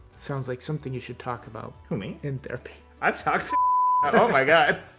sounds like something you should talk about. who, me. in therapy. i've talked to. oh, my god.